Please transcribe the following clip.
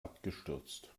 abgestürzt